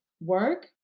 work